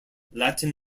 latin